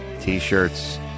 T-shirts